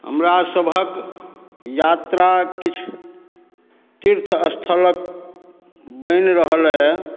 हमरासबके यात्रा किछु तीर्थस्थलके बनि रहल अइ